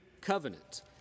covenant